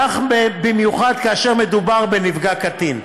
כך במיוחד כאשר מדובר בנפגע קטין.